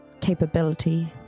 capability